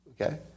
Okay